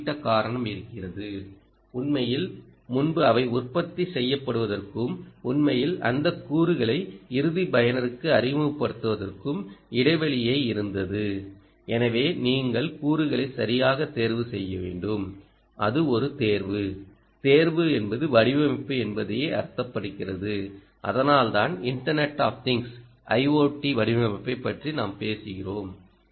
ஒரு குறிப்பிட்ட காரணம் இருக்கிறதுஉண்மையில் முன்பு அவை உற்பத்தி செய்யப்படுவதற்கும் உண்மையில் அந்த கூறுகளை இறுதி பயனருக்கு அறிமுகப்படுத்துவதற்கும் இடைவெளியை இருந்தது எனவே நீங்கள் கூறுகளை சரியாக தேர்வு செய்ய வேண்டும் அது ஒரு தேர்வு தேர்வு என்பது வடிவமைப்பு என்பதையே அர்த்தப்படுத்துகிறது அதனால்தான் இன்டர்னெட் ஆஃப் திங்க்ஸ் வடிவமைப்பைப் பற்றி நாம் பேசுகிறோம்